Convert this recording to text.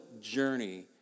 journey